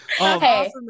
Okay